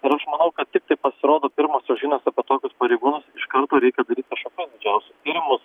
ir aš manau kad tiktai pasirodo pirmosios žinos apie tokius pareigūnus iš karto reikia daryt kažkokius didžiausius tyrimus